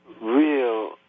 real